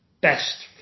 best